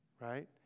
right